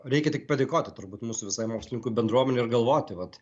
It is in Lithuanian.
reikia tik padėkoti turbūt mūsų visai mokslininkų bendruomenei ir galvoti vat